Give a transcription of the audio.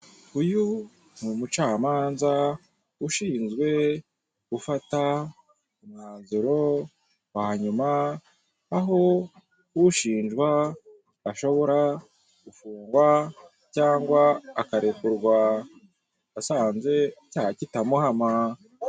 Icyapa kiri mu amabara y'umweru handitseho amagambo atandukanye ari mu ibara ry'icyatsi ndetse n'andi y'ama mabara y'umuhondo, n'andi arimo ibara ry'ubururu ndetse n'indi mibabara y'umutuku.